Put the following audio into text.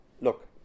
look